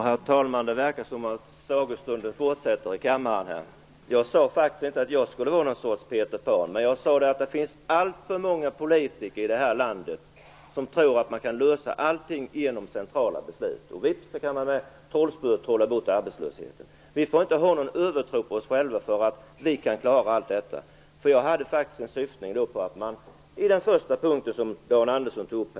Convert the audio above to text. Herr talman! Det verkar som att sagostunden fortsätter här i kammaren. Jag sade faktiskt inte att jag skulle vara någon sorts Peter Pan. Jag sade att det finns alltför många politiker i det här landet som tror att man kan lösa allting genom centrala beslut. Vips kan man med ett trollspö trolla bort arbetslösheten! Vi får inte ha någon övertro på oss själva att vi kan klara av allt detta. Jag syftade på den första punkt som Dan Andersson tog upp.